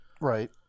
Right